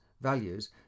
values